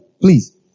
Please